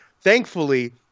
thankfully